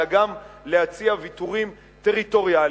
אלא גם להציע ויתורים טריטוריאליים.